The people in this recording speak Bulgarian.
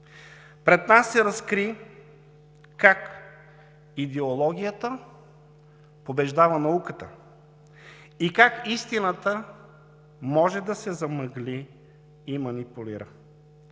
Пред нас се разкри как идеологията побеждава науката и как истината може да се замъгли и манипулира.